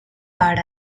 per